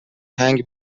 هنگ